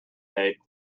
date